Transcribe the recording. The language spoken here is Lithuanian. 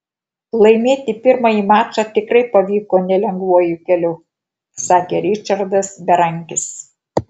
laimėti pirmąjį mačą tikrai pavyko nelengvuoju keliu sakė ričardas berankis